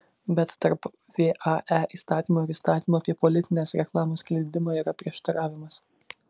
bet tarp vae įstatymo ir įstatymo apie politinės reklamos skleidimą yra prieštaravimas